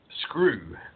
screw